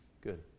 Good